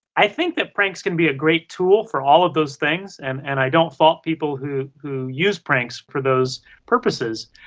i think that pranks can be a great tool for all of those things and and i don't fault people who who use pranks for those purposes,